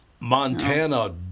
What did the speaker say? Montana